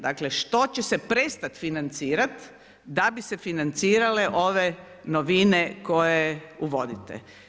Dakle što će se prestat financirat da bi se financirale ove novine koje uvodite?